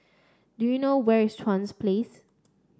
do you know where is Chuans Place